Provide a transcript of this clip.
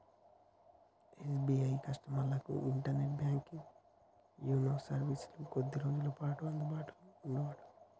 SBI కస్టమర్లకు internet banking YONO సర్వీసులు కొద్ది రోజులపాటు అందుబాటులో ఉండవట